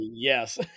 Yes